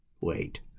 Wait